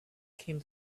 came